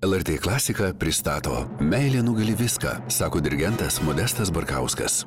elartė klasika pristato meilė nugali viską sako dirigentas modestas barkauskas